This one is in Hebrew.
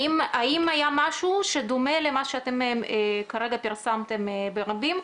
האם היה משהו שדומה למה שאתם כרגע פרסמתם ברבים,